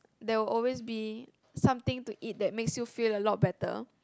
there will always be something to eat that makes you feel a lot better